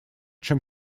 чем